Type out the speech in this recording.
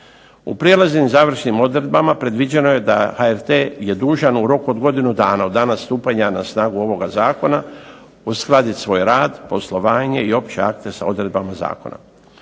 U prijelaznim završnim odredbama predviđeno je da HRT je dužan u roku od godinu dana od dana stupanja na snagu ovoga zakona uskladiti svoj rad, poslovanje i opće akte sa odredbama zakona.